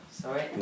Sorry